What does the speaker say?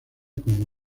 como